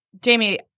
jamie